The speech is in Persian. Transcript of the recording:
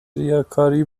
ریاکاری